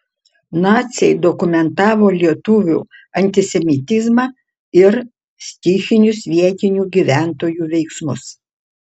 naciai dokumentavo lietuvių antisemitizmą ir stichinius vietinių gyventojų veiksmus